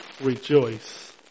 rejoice